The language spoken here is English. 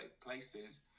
places